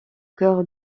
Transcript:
cœur